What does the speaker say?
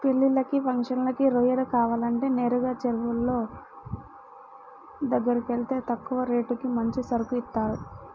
పెళ్ళిళ్ళకి, ఫంక్షన్లకి రొయ్యలు కావాలంటే నేరుగా చెరువులోళ్ళ దగ్గరకెళ్తే తక్కువ రేటుకి మంచి సరుకు ఇత్తారు